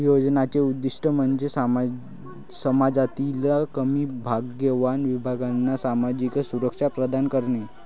योजनांचे उद्दीष्ट म्हणजे समाजातील कमी भाग्यवान विभागांना सामाजिक सुरक्षा प्रदान करणे